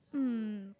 mm